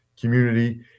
community